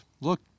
look